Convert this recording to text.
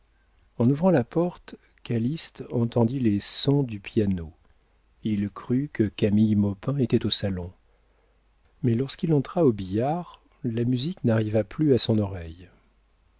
en ouvrant la porte calyste entendit les sons du piano il crut que camille maupin était au salon mais lorsqu'il entra au billard la musique n'arriva plus à son oreille